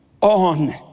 on